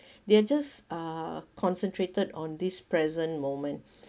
they are just uh concentrated on this present moment